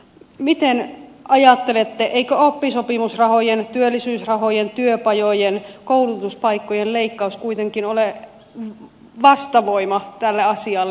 miten ajattelette eikö oppisopimusrahojen työllisyysrahojen työpajojen koulutuspaikkojen leikkaus kuitenkin ole vastavoima tälle asialle